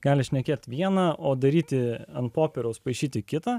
gali šnekėti viena o daryti ant popieriaus paišyti kitą